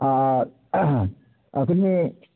आर अखनी